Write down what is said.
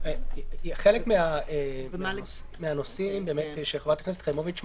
חלק מהנושאים שבאמת חברת הכנסת חיימוביץ'